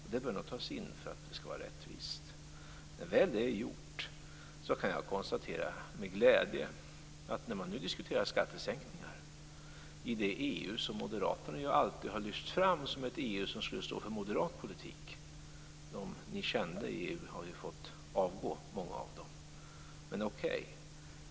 Och det bör nog tas in för att det skall vara rättvist. Nu diskuterar man skattesänkningar i det EU som Moderaterna alltid har lyft fram som ett EU som skulle stå för moderat politik - de ni kände i EU har ju fått avgå, i alla fall många av dem, men okej.